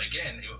again